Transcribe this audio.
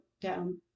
down